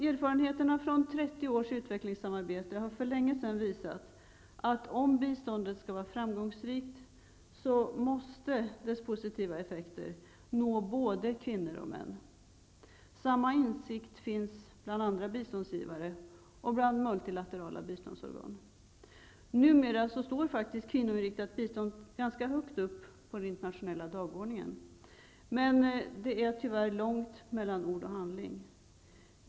Erfarenheterna från 30 års utvecklingssamarbete har för länge sedan visat att om biståndet skall vara framgångsrikt, måste dess positiva effekter nå både kvinnor och män. Samma insikt finns bland andra biståndsgivare och multilaterala biståndsorgan. Numera står kvinnoinriktat bistånd ganska högt upp på den internationella dagordningen. Men det är tyvärr långt mellan ord och handling.